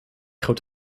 goed